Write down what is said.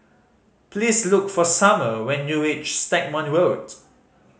please look for Summer when you reach Stagmont Road